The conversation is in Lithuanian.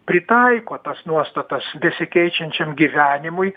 pritaiko tas nuostatas besikeičiančiam gyvenimui